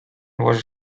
was